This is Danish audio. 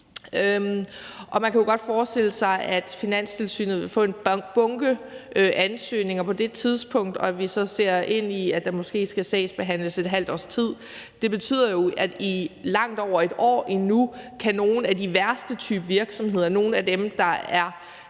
og man kan jo godt forestille sig, at Finanstilsynet vil få en bunke ansøgninger på det tidspunkt, og at vi så ser ind i, at der måske skal sagsbehandles et halvt års tid. Det betyder jo, at i langt over et år endnu kan nogle af de værste typer af virksomheder, altså nogle af dem, der